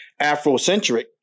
Afrocentric